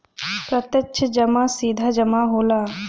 प्रत्यक्ष जमा सीधा जमा होला